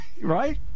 Right